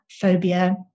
phobia